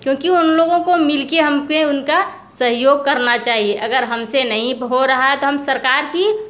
क्योंकि उन लोगों को मिलके हम पे उनका सहयोग करना चाहिए अगर हमसे नहीं हो रहा है तो हम सरकार की